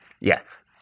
yes